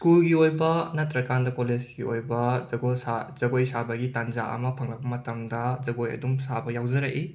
ꯁ꯭ꯀꯨꯜꯒꯤ ꯑꯣꯏꯕ ꯅꯠꯇ꯭ꯔꯀꯥꯟꯗ ꯀꯣꯂꯦꯖꯒꯤ ꯑꯣꯏꯕ ꯖꯒꯣꯜ ꯁꯥ ꯖꯒꯣꯏ ꯁꯥꯕꯒꯤ ꯇꯥꯟꯖꯥ ꯑꯃ ꯐꯪꯂꯛꯄ ꯃꯇꯝꯗ ꯖꯒꯣꯏ ꯑꯗꯨꯃ ꯁꯥꯕ ꯌꯥꯎꯖꯔꯛꯏ